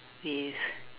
with